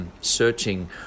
searching